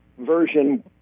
version